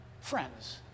Friends